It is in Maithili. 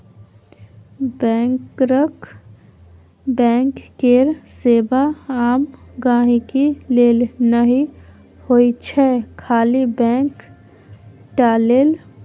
बैंकरक बैंक केर सेबा आम गांहिकी लेल नहि होइ छै खाली बैंक टा लेल